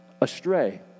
astray